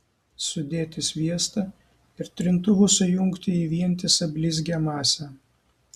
sudėti sviestą ir trintuvu sujungti į vientisą blizgią masę